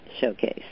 Showcase